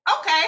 Okay